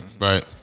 right